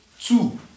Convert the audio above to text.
Two